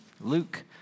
Luke